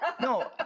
No